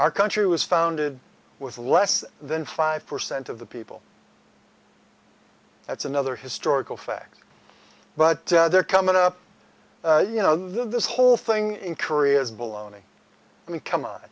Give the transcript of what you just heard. our country was founded with less than five percent of the people that's another historical fact but they're coming up you know this whole thing in korea is baloney i mean come on